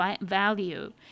value